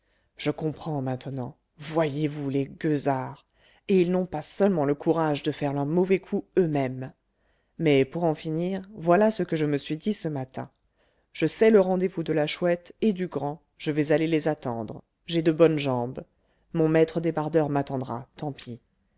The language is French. je comprends maintenant voyez-vous les gueusards et ils n'ont pas seulement le courage de faire leurs mauvais coups eux-mêmes mais pour en finir voilà ce que je me suis dit ce matin je sais le rendez-vous de la chouette et du grand je vais aller les attendre j'ai de bonnes jambes mon maître débardeur m'attendra tant pis